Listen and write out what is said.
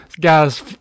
guy's